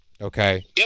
Okay